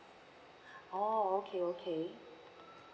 oh okay okay